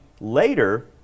later